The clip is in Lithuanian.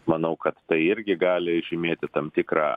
manau kad tai irgi gali žymėti tam tikrą